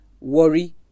Worry